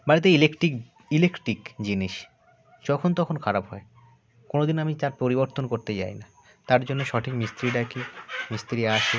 বাড়িতে electric electric জিনিস যখন তখন খারাপ হয় কোনো দিন আমি তার পরিবর্তন করতে যাই না তার জন্য সঠিক মিস্ত্রি ডাকি মিস্ত্রি আসে